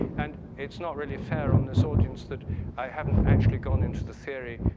and it's not really fair on this audience that i haven't actually gone into the theory.